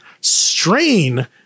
Strain